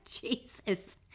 Jesus